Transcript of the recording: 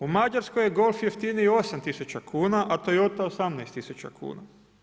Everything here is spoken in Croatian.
U Mađarskoj je golf jeftiniji 8 tisuća kuna a Toyota 18 tisuća kuna.